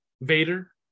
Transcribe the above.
Vader